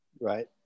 Right